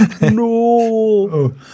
No